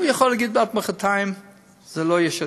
הוא יכול להגיד עד מחרתיים שזה לא יש עתיד,